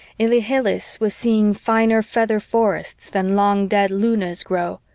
ilhilihis was seeing finer feather forests than long-dead luna's grow.